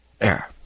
air